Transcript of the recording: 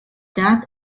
that